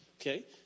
Okay